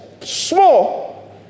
small